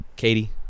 Katie